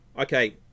Okay